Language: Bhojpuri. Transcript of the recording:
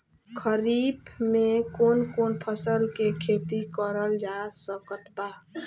खरीफ मे कौन कौन फसल के खेती करल जा सकत बा?